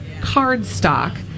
cardstock